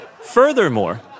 Furthermore